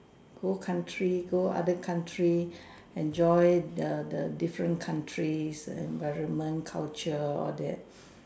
go country go other country enjoy the the different countries environment culture all that